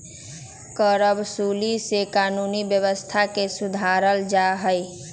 करवसूली से कानूनी व्यवस्था के सुधारल जाहई